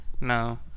No